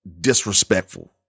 disrespectful